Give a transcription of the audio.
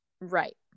Right